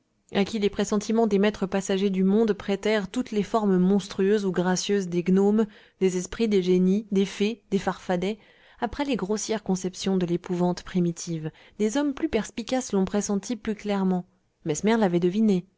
à qui les pressentiments des maîtres passagers du monde prêtèrent toutes les formes monstrueuses ou gracieuses des gnomes des esprits des génies des fées des farfadets après les grossières conceptions de l'épouvante primitive des hommes plus perspicaces l'ont pressenti plus clairement mesmer l'avait deviné